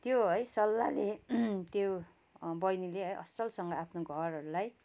त्यो है सल्लाहले त्यो बहिनीले असलसँग आफ्नो घरहरूलाई